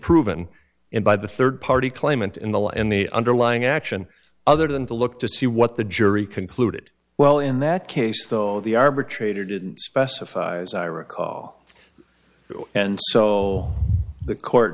proven and by the third party claimant in the law in the underlying action other than to look to see what the jury concluded well in that case though the arbitrator did specifies i recall and so the court